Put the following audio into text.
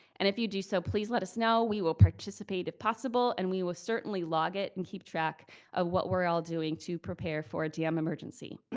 and if you do so, please let us know. we will participate if possible, and we will certainly log it and keep track of what we're all doing to prepare for a dam emergency.